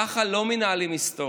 ככה לא מנהלים היסטוריה.